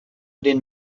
den